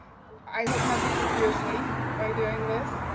i hope not to put you sleep by doing this.